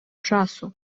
часу